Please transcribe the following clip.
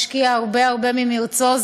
השקיע הרבה הרבה ממרצו,